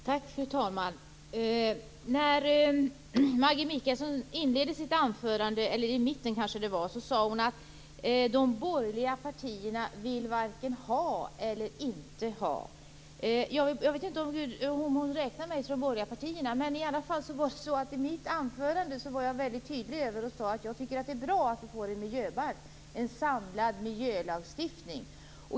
Fru talman! När Maggi Mikaelsson inledde sitt anförande - det var kanske i mitten - sade hon att de borgerliga partierna varken vill ha eller vill vara utan en miljöbalk. Jag vet inte om hon räknar mig till de borgerliga partierna, men jag var i alla fall väldigt tydlig i mitt anförande. Jag sade att jag tycker att det är bra att vi får en miljöbalk - en samlad miljölagstiftning.